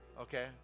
okay